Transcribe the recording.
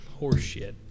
Horseshit